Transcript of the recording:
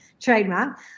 Trademark